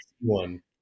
one